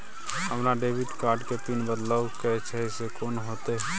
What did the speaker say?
हमरा debit card के PIN बदलवा के छै से कोन होतै?